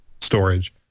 storage